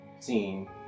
scene